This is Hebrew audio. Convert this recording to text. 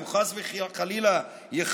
אם חס וחלילה חלילה יחלו,